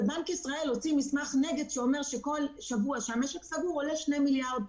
בנק ישראל הוציא מסמך נגד שאומר שכל שבוע שהמשק סגור עולה שני מיליארד.